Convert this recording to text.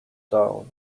down